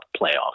playoffs